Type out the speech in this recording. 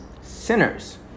Sinners